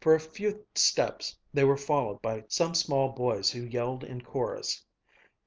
for a few steps they were followed by some small boys who yelled in chorus